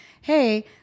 hey